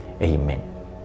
Amen